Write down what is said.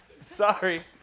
Sorry